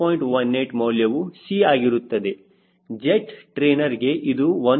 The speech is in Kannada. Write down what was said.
18 ಮೌಲ್ಯವು C ಆಗಿರುತ್ತದೆ ಜೆಟ್ ಟ್ರೈನರ್ಗೆ ಇದು 1